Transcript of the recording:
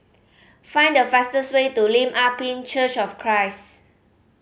find the fastest way to Lim Ah Pin Church of Christ